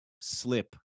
slip